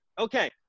okay